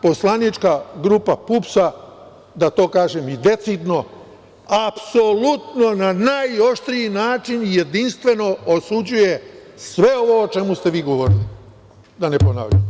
Poslanička grupa PUPS-a, da to kažem i decidno, apsolutno na najoštriji način, jedinstveno osuđuje sve ovo o čemu ste vi govorili, da ne ponavljam.